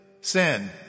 Sin